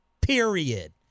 Period